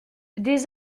des